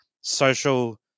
social